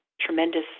tremendous